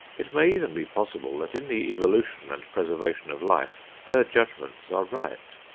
it may even be possible that in the evolution and preservation of life, her judgments are right.